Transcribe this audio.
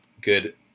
good